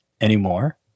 anymore